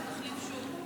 באמת זה משהו רציני.